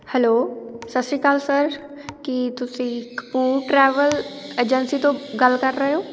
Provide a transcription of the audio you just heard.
hello ਸਤਿ ਸ਼੍ਰੀ ਅਕਾਲ ਸਰ ਕੀ ਤੁਸੀਂ ਕਪੂਰ ਟਰੈਵਲ ਏਜੰਸੀ ਤੋਂ ਗੱਲ ਕਰ ਰਹੇ ਹੋ